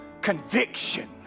conviction